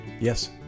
Yes